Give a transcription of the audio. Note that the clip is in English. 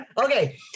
Okay